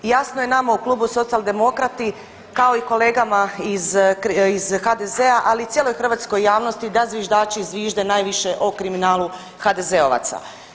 Jasno je nama u klubu Socijaldemokrati kao i kolegama iz HDZ-a, ali i cijeloj hrvatskoj javnosti da zviždači zvižde najviše o kriminalu HDZ-ovaca.